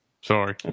Sorry